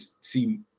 see